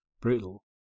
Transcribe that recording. brutal